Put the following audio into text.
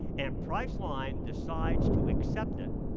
and priceline decides to accept it,